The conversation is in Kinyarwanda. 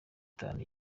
itanu